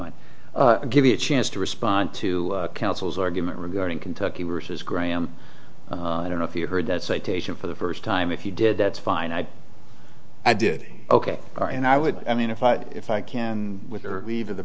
t give you a chance to respond to counsel's argument regarding kentucky versus graham i don't know if you heard that citation for the first time if you did that's fine i i did ok are and i would i mean if i if i can with her leave